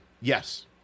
Yes